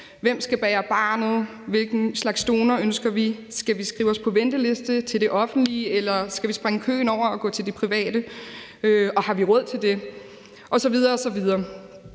der skal bære barnet, hvilken slags donor vi ønsker, om vi skal skrive os på venteliste til det offentlige eller vi skal springe køen over og gå til det private, og om vi har vi råd til det, osv. osv.